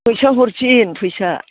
फैसा हरफिन फैसा